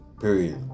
period